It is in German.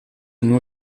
nur